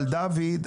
אוקיי.